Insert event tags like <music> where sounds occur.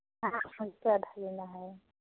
हाँ <unintelligible> लेना है